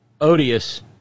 odious